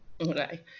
Okay